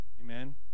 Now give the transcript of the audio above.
amen